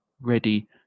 ready